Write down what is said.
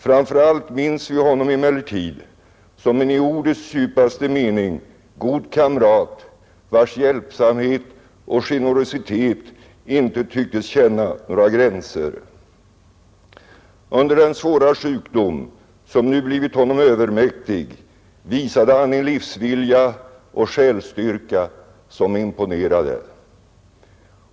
Framför allt minns vi honom emellertid som en i ordets djupaste mening god kamrat, vars hjälpsamhet och generositet inte tycktes känna några gränser. Under den svåra sjukdom som nu blivit honom övermäktig visade han en livsvilja och själsstyrka som imponerade.